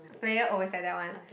players always like that one